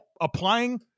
applying